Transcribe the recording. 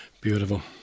Beautiful